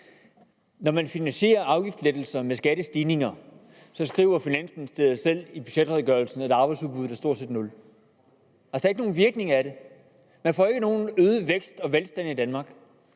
Når man finansierer afgiftslettelser med skattestigninger, skriver Finansministeriet selv i budgetredegørelsen, at arbejdsudbuddet stort set er nul. Der er altså ikke nogen virkning af det. Man får ikke nogen øget vækst og velstand i Danmark.